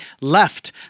left